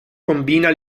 combina